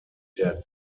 der